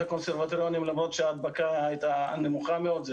הקונסרבטוריונים למרות שההדבקה הייתה נמוכה מאוד,